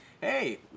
hey